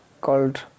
called